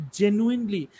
genuinely